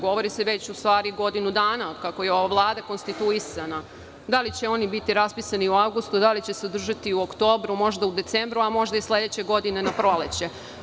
Govori se već godinu dana od kako je ova Vlada konstituisana, da li će oni biti raspisani u avgustu, da li će se održati u oktobru, možda u decembru, a možda i sledeće godine na proleće.